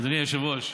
אדוני היושב-ראש,